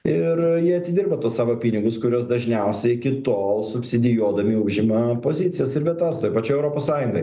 ir jie atidirba tuos savo pinigus kuriuos dažniausiai iki tol subsidijuodami užima pozicijas ir vietas toj pačioj europos sąjungoj